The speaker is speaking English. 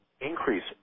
increase